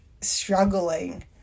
struggling